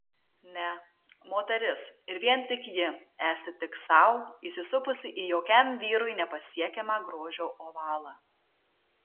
ne moteris ir vien tik ji esti tik sau įsisupusi į jokiam vyrui nepasiekiamą grožio ovalą